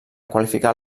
qualificar